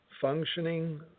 functioning